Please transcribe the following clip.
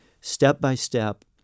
step-by-step